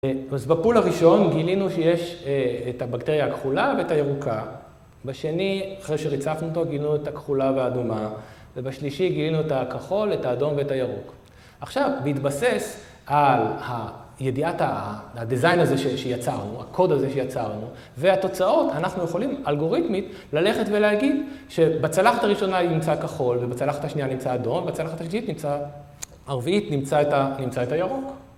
אז בפול הראשון גילינו שיש את הבקטריה הכחולה ואת הירוקה, בשני, אחרי שריצפנו אותו, גילינו את הכחולה והאדומה, ובשלישי גילינו את הכחול, את האדום ואת הירוק. עכשיו, בהתבסס על ידיעת הדיזיין הזה שיצרנו, הקוד הזה שיצרנו, והתוצאות, אנחנו יכולים אלגוריתמית ללכת ולהגיד שבצלחת הראשונה נמצא כחול ובצלחת השנייה נמצא אדום, בצלחת השתיית נמצא, הרביעית נמצא את הירוק.